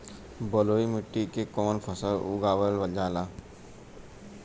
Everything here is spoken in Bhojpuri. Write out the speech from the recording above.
बलुई मिट्टी में कवन फसल उगावल जाला?